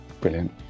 Brilliant